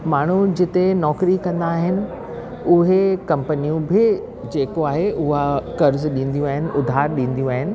माण्हू जिते नौकरी कंदा आहिनि उहे कंपनियूं बि जेको आहे उहे कर्ज़ु ॾींदियूं आहिनि उधार ॾींदियूं आहिनि